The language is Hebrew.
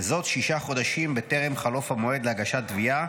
וזאת שישה חודשים בטרם חלוף המועד להגשת תביעה